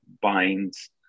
binds